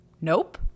Nope